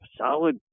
Solid